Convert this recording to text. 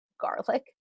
garlic